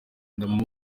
nyarwanda